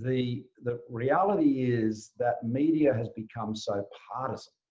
the the reality is that media has become so partisan,